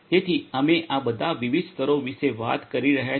તેથી અમે આ બધા વિવિધ સ્તરો વિશે વાત કરી રહ્યા છીએ